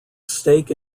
stake